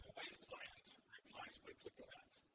wave client replies by clicking that.